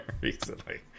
Recently